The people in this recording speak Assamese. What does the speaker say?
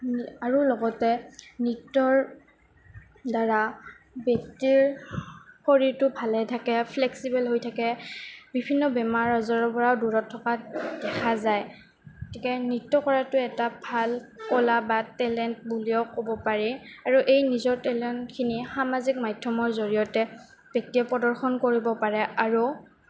আৰু লগতে নৃত্যৰ দ্বাৰা ব্যক্তিৰ শৰীৰটো ভালে থাকে ফ্লেক্সিবল হৈ থাকে বিভিন্ন বেমাৰ আজাৰৰ পৰাও দূৰত থকা দেখা যায় গতিকে নৃত্য কৰাতো এটা ভাল কলা বা টেলেণ্ট বুলিও ক'ব পাৰি আৰু এই নিজৰ টেলেণ্টখিনি সামাজিক মাধ্যমৰ জৰিয়তে ব্যক্তিয়ে প্ৰদৰ্শন কৰিব পাৰে আৰু